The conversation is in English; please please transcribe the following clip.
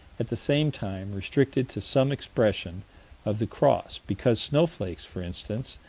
at the same time restricted to some expression of the cross, because snowflakes, for instance,